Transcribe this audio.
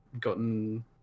gotten